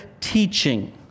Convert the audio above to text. teaching